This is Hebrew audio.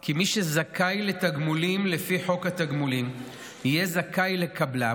כי מי שזכאי לתגמולים לפי חוק התגמולים יהיה זכאי לקבלם,